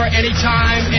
anytime